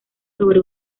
sobre